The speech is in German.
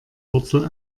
wurzel